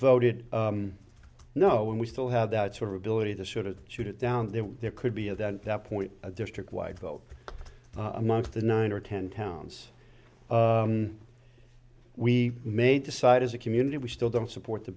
voted no when we still have that sort of ability to sort of shoot it down that there could be a that at that point a district wide vote amongst the nine or ten pounds we may decide as a community we still don't support the